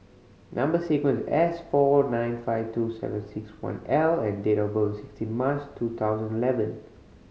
number sequence S four nine five two seven six one L and date of birth is sixteen March two thousand eleven